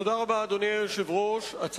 אדוני היושב-ראש, תודה רבה.